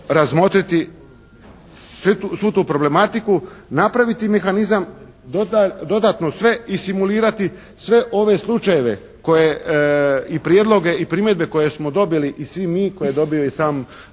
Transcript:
razmotriti svu tu problematiku, napraviti mehanizam, dodatno sve i simulirati sve ove slučajeve i prijedloge i primjedbe koje smo dobili i svi mi koje je dobio i sam